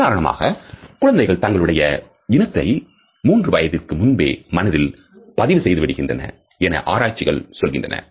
உதாரணமாக குழந்தைகள் தங்களுடைய இனத்தை மூன்று வயதிற்கு முன்பே மனதில் பதிவு செய்து விடுகின்றன என ஆராய்ச்சிகள் சொல்கின்றன